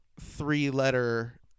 three-letter